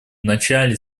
начале